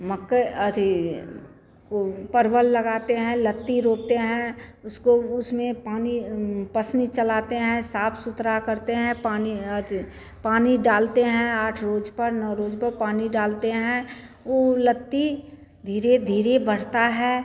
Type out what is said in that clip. मक्के अरे वो परवल लगाते हैं लत्ती रोपते हैं उसको उसमें पानी पसनी चलाते हैं साफ सुथरा करते हैं पानी अति पानी डालते हैं आठ रोज़ पर नौ रोज़ पर पानी डालते हैं ऊ लत्ती धीरे धीरे बढ़ती है